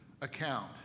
account